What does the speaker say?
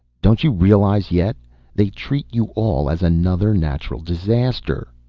don't you realize yet they treat you all as another natural disaster!